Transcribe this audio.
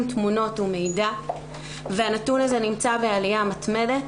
תמונות ומידע והנתון הזה נמצא בעלייה מתמדת.